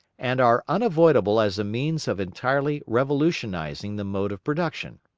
and are unavoidable as a means of entirely revolutionising the mode of production.